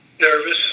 Nervous